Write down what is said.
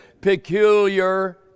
peculiar